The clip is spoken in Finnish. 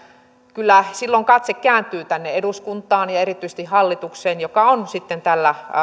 kyllä silloin katse kääntyy tänne eduskuntaan ja erityisesti hallitukseen joka on tällä